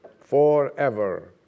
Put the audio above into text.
forever